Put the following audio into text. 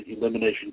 Elimination